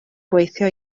gweithio